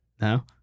No